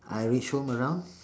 I reach home around